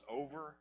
over